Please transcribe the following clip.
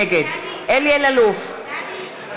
נגד אלי אלאלוף,